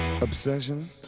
obsession